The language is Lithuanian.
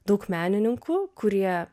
daug menininkų kurie